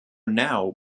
now